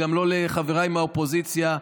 גם לא לחבריי מהאופוזיציה,